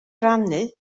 rannu